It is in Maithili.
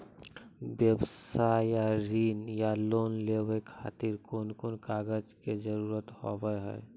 व्यवसाय ला ऋण या लोन लेवे खातिर कौन कौन कागज के जरूरत हाव हाय?